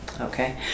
Okay